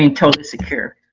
intel to secure